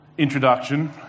introduction